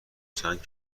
چند